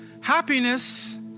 Happiness